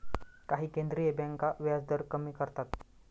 काही केंद्रीय बँका व्याजदर कमी करतात